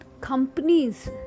companies